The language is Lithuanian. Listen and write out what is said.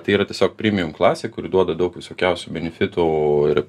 tai yra tiesiog primijum klasė kuri duoda daug visokiausių benefitų ir